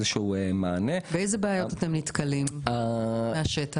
באיזה בעיות אתם נתקלים בשטח?